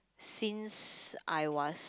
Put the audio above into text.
since I was